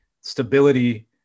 stability